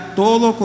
todo